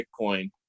Bitcoin